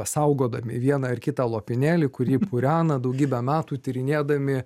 saugodami vieną ar kitą lopinėlį kurį purena daugybę metų tyrinėdami